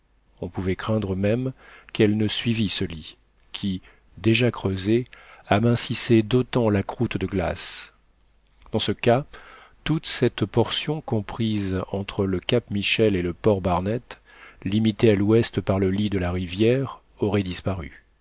on pouvait craindre même qu'elle ne suivît ce lit qui déjà creusé amincissait d'autant la croûte de glace dans ce cas toute cette portion comprise entre le cap michel et le port barnett limitée à l'ouest par le lit de la rivière aurait disparu